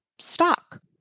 stock